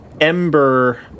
ember